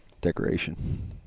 decoration